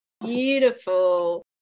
Beautiful